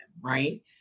right